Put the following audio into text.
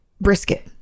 brisket